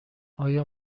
آیا